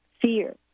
fear